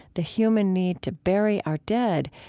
the human need to bury our dead,